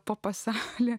po pasaulį